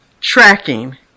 tracking